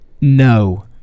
no